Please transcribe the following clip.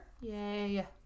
yay